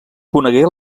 conegué